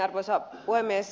arvoisa puhemies